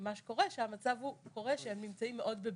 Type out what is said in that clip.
מה שקורה, שהמצב הוא שהם נמצאים מאוד בבדידות,